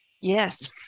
Yes